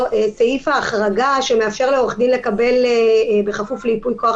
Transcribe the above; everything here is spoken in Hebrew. סעיף ההחרגה שמאפשר לעורך דין לקבל בכפוף לייפוי כוח